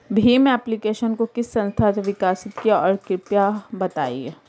Bhim application को किस संस्था ने विकसित किया है कृपया बताइए?